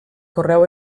correu